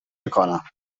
میکنم